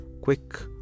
quick